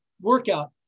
workout